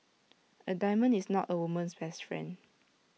A diamond is not A woman's best friend